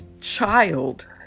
child